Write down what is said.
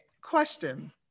Question